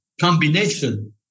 combination